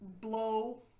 Blow